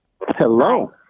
Hello